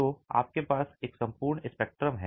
तो आपके पास एक संपूर्ण स्पेक्ट्रम है